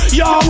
yo